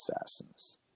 assassins